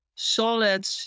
solid